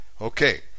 Okay